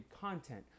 content